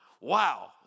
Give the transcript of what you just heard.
Wow